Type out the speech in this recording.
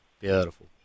beautiful